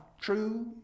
True